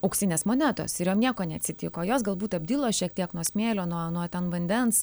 auksinės monetos ir jom nieko neatsitiko jos galbūt apdilo šiek tiek nuo smėlio nuo nuo ten vandens